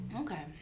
Okay